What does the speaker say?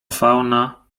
fauna